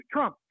Trump